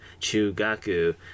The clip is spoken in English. Chugaku